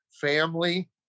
family